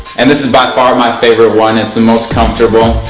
and this is by far my favorite one. it's the most comfortable.